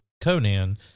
Conan